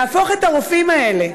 להפוך את הרופאים האלה,